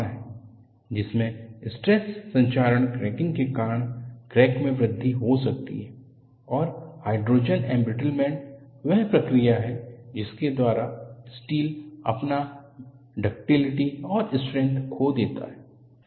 यह एक और संभावना है जिसमे स्ट्रेस संक्षारण क्रैकिंग के कारण क्रैक्स में वृद्धि हो सकती हैं और हाइड्रोजन एंब्रिटलमेंट वह प्रक्रिया है जिसके द्वारा स्टील अपना डक्टिलिटी और स्ट्रेंथ खो देता है